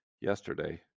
yesterday